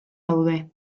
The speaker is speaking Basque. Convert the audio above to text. daude